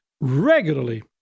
regularly